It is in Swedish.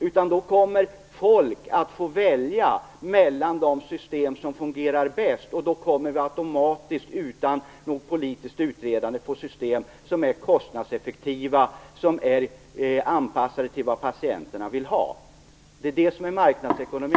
Människor kommer att få välja mellan de system som fungerar bäst. Vi kommer automatiskt och utan något politiskt utredande att få system som är kostnadseffektiva och anpassade till vad patienterna vill ha. Det är det som är marknadsekonomi.